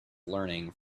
learning